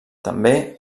també